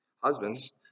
Husbands